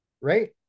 right